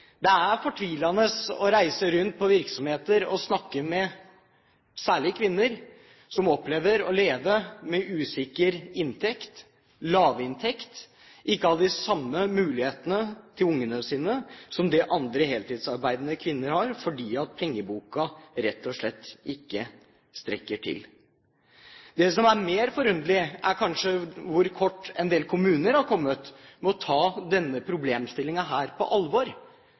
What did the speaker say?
Det er fortvilende å reise rundt til virksomheter og snakke med særlig kvinner som opplever å leve med usikker inntekt, lav inntekt, og som ikke har de samme mulighetene til barna sine som det heltidsarbeidende kvinner har, fordi pengeboken rett og slett ikke strekker til. Det som er mer forunderlig, er kanskje hvor kort en del kommuner har kommet med å ta denne problemstillingen på alvor,